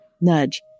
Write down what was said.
nudge